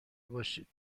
باشید